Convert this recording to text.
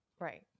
Right